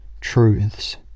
Truths